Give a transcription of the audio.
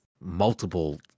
multiple